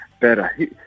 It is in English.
better